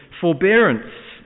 forbearance